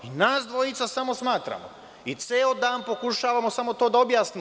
Nas dvojica samo smatramo i ceo dan pokušavamo samo to da objasnimo.